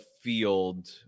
field